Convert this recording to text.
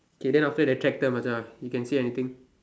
K then after that tractor Macha you can see anything